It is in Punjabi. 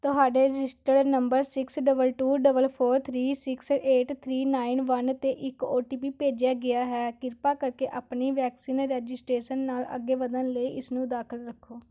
ਤੁਹਾਡੇ registered number six double two double four three six eight three nine one 'ਤੇ ਇੱਕ ਓ ਟੀ ਪੀ ਭੇਜਿਆ ਗਿਆ ਹੈ ਕਿਰਪਾ ਕਰਕੇ ਆਪਣੀ ਵੈਕਸੀਨ ਰਜਿਸਟ੍ਰੇਸ਼ਨ ਨਾਲ ਅੱਗੇ ਵਧਣ ਲਈ ਇਸਨੂੰ ਦਾਖਲ ਰੱਖੋ